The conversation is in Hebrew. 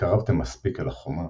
והתקרבתם מספיק אל החומה,